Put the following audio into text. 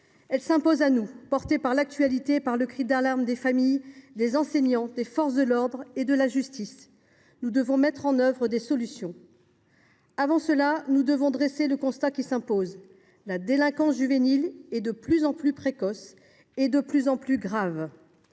Elle s’impose à nous, portée par l’actualité et par le cri d’alarme des familles, des enseignants, des forces de l’ordre et de la justice. Nous devons mettre en œuvre des solutions. Avant cela, nous devons dresser le constat qui s’impose. La délinquance juvénile est de plus en plus précoce et de plus en plus grave.